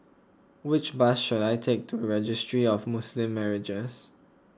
which bus should I take to Registry of Muslim Marriages